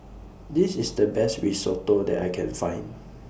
This IS The Best Risotto that I Can Find